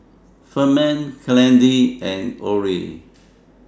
Ferman Kennedy and Orie